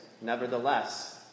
Nevertheless